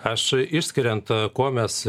aš išskiriant kuo mes